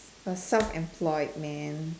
but self employed man